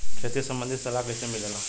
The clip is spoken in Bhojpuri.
खेती संबंधित सलाह कैसे मिलेला?